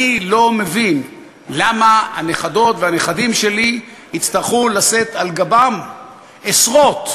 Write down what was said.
אני לא מבין למה הנכדות והנכדים שלי יצטרכו לשאת על גבם עשרות,